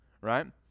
right